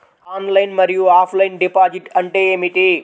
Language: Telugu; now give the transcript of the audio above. ఆన్లైన్ మరియు ఆఫ్లైన్ డిపాజిట్ అంటే ఏమిటి?